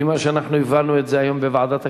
לפי מה שאנחנו הבנו היום בוועדת הכספים.